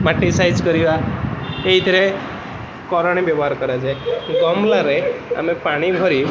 ମାଟି ସାଇଜ୍ କରିବା ଏଇଥିରେ କରଣି ବ୍ୟବହାର କରାଯାଏ ଗମଲାରେ ଆମେ ପାଣି ଭରି